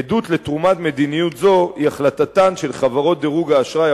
עדות לתרומת מדיניות זו היא החלטתן של חברות דירוג האשראי